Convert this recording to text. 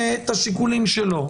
השיקולים שלו.